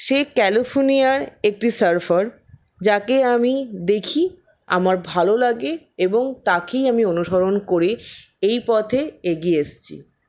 সে ক্যালিফোর্নিয়ায় একটি সার্ফার যাকে আমি দেখি আমার ভালো লাগে এবং তাকেই আমি অনুসরণ করে এই পথে এগিয়ে এসছি